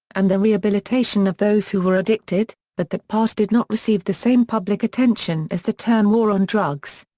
and the rehabilitation of those who are addicted, but that part did not received the same public attention as the term war on drugs.